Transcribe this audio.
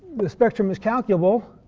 the spectrum is calculable.